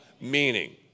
meaning